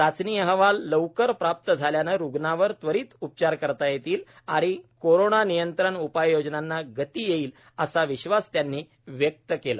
चाचणी अहवाल लवकर प्राप्त झाल्याने रुग्णावर त्वरित उपचार करता येतील आणि कोरोना नियंत्रण उपाययोजनांना गती येईल असा विश्वास त्यांनी व्यक्त केला